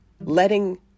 letting